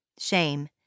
shame